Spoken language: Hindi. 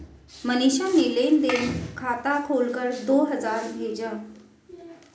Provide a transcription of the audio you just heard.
मनीषा ने लेन देन खाता खोलकर दो हजार भेजा